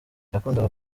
yakundaga